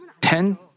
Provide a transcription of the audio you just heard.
ten